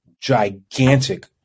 gigantic